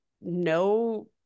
no